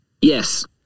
Yes